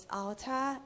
altar